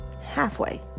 halfway